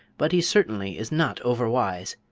but he certainly is not overwise.